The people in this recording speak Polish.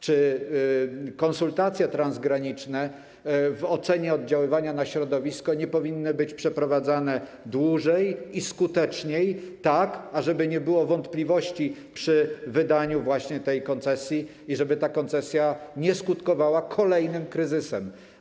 Czy konsultacje transgraniczne w ocenie oddziaływania na środowisko nie powinny być przeprowadzane dłużej i skuteczniej, tak żeby nie było wątpliwości przy wydaniu tej koncesji i żeby nie skutkowała ona kolejnym kryzysem?